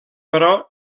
però